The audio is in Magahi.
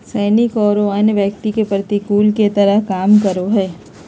सैनिक औरो अन्य व्यक्ति के प्रतिकूल के तरह काम करो हइ